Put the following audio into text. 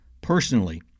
Personally